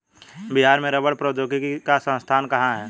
बिहार में रबड़ प्रौद्योगिकी का संस्थान कहाँ है?